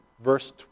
verse